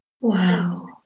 Wow